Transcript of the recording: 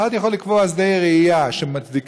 אחד יכול לקבוע ששדה הראייה מצדיק